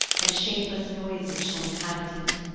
and shapeless noises shall inhabit it.